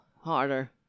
harder